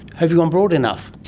have you gone broad enough?